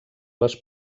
les